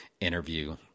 interview